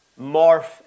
morph